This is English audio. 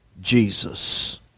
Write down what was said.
Jesus